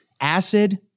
Acid